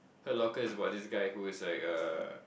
Heart Locker is about this guy who is like a